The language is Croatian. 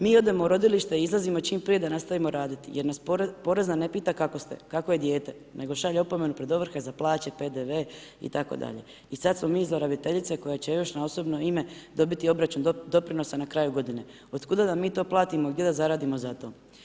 Mi odemo u rodilište i izlazimo čim prije da nastavimo radit, jer nas porezna ne pita kako ste, kako je dijete, nego šalje opomenu pred ovrhe za plaće, PDV itd. i sad smo mi zlorabiteljice koje će još na osobno ime dobiti obračun doprinosa na kraju godine, od kuda da mi to platimo, gdje da zaradimo za to.